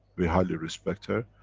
we highly respect her,